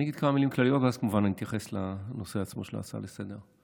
אני אגיד כמה מילים כלליות ואז אתייחס לנושא עצמו של ההצעה לסדר-היום.